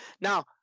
Now